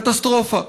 קטסטרופה.